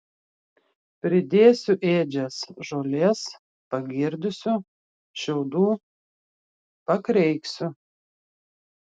pridėsiu ėdžias žolės pagirdysiu šiaudų pakreiksiu